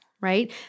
right